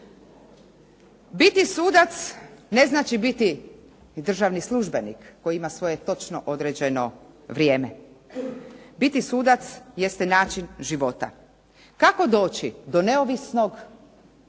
Biti sudac ne znači biti i državni službenik koji ima svoje točno određeno vrijeme. Biti sudac jeste način života. Kako doći do neovisnog